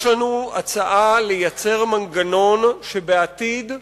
יש לנו הצעה לייצר מנגנון שבעתיד,